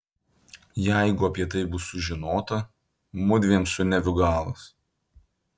jeigu apie tai bus sužinota mudviem su neviu galas